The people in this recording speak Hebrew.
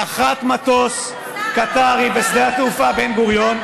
נחת מטוס קטארי בשדה התעופה בן-גוריון,